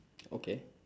okay